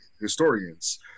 historians